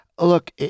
Look